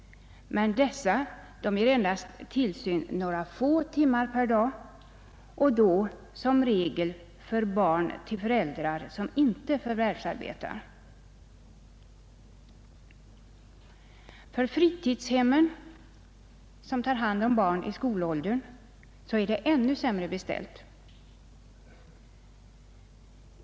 Men dessa ger tillsyn endast några få timmar per dag och då som regel för barn till föräldrar som inte förvärvsarbetar. Med fritidshemmen, som tar hand om barn i skolåldern, är det ännu sämre beställt.